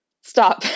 stop